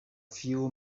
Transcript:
few